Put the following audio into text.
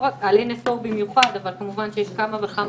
על NSO במיוחד אבל כמובן שיש כמה וכמה